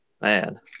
Man